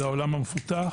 זה העולם המפותח.